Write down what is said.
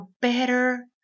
better